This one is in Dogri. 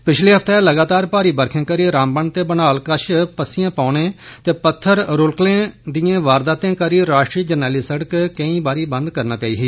पिछलै हफ्तै लगातार भारी बरखें करी रामबन ते बनिहाल कश पस्सियां पौने ते पत्थर रूलकने दिए बारदातें करी राष्ट्रीय जरनैली सड़क केंई बारी बंद करना पेई ही